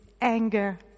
anger